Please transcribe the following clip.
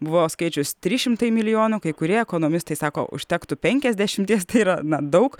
buvo skaičius trys šimtai milijonų kai kurie ekonomistai sako užtektų penkiasdešimties tai yra na daug